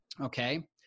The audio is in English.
okay